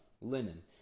Linen